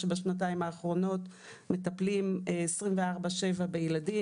שבשנתיים האחרונות מטפלים 24/7 בילדים,